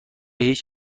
هیچ